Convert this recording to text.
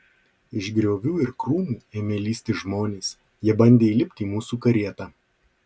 iš griovių ir krūmų ėmė lįsti žmonės jie bandė įlipti į mūsų karietą